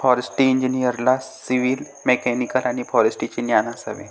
forestry इंजिनिअरला civil, mechanical आणि फॉरेस्ट्रीचे ज्ञान असावे